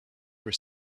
were